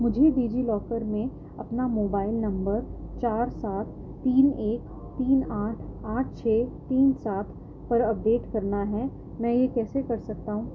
مجھے DigiLocker میں اپنا موبائل نمبر چار سات تین ایک تین آٹھ آٹھ چھ تین سات پر اپ ڈیٹ کرنا ہے میں یہ کیسے کر سکتا ہوں